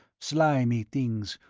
slimy things,